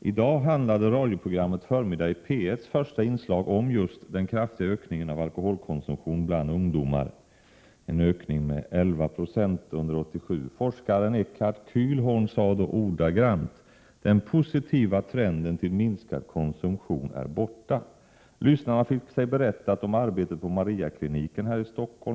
I dag handlade radioprogrammet Förmiddag i P 1:s första inslag om just den kraftiga ökningen av alkoholkonsumtionen bland ungdomar — en ökning med 11 260 under 1987. Forskaren Eckart Kählhorn sade i programmet: Den positiva trenden till minskad konsumtion är borta. Lyssnarna fick sig berättat om arbetet på Mariakliniken här i Stockholm.